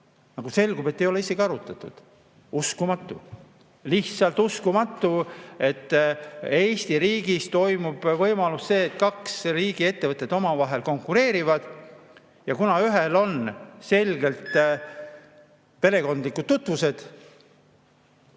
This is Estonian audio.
Nagu selgub, ei ole isegi arutatud. Uskumatu! Lihtsalt uskumatu, et Eesti riigis on võimalus, et kaks riigiettevõtet omavahel konkureerivad ja kuna ühel on selgelt perekondlikud tutvused